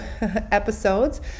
episodes